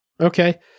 okay